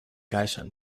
该省